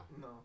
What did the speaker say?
No